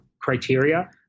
criteria